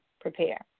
prepare